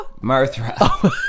Martha